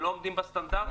הם לא עומדים בסטנדרטים?